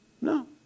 No